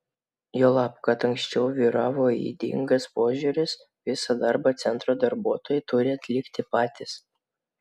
juolab kad anksčiau vyravo ydingas požiūris visą darbą centro darbuotojai turi atlikti patys